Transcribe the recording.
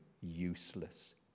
useless